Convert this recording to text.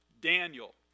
Daniel